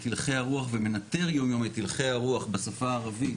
הלכי הרוח ומנטר יום יום את הלכי הרוח בשפה הערבית,